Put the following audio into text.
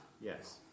Yes